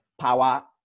power